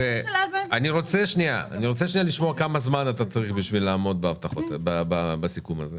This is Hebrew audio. אני רוצה לשמוע כמה זמן אתה צריך בשביל לעמוד בסיכום הזה.